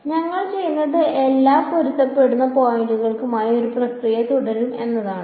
അതിനാൽ ഞങ്ങൾ ചെയ്യുന്നത് എല്ലാ പൊരുത്തപ്പെടുന്ന പോയിന്റുകൾക്കുമായി ഈ പ്രക്രിയ തുടരും എന്നതാണ്